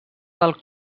del